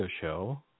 show